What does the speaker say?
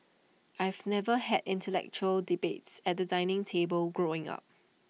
I've never had intellectual debates at the dining table growing up